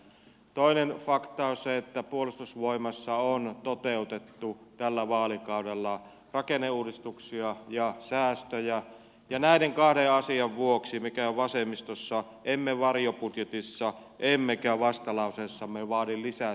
toinen fakta on se että puolustusvoimissa on toteutettu tällä vaalikaudella rakenneuudistuksia ja säästöjä ja näiden kahden asian vuoksi mekään vasemmistossa emme varjobudjetissa emmekä vastalauseessamme vaadi lisää säästöjä puolustusvoimiin